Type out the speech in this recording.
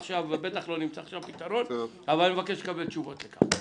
בטח לא נמצא עכשיו פתרון אבל אני מבקש לקבל תשובות לכך.